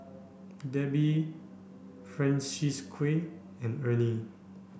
Debi Francisqui and Ernie